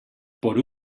por